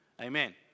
amen